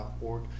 .org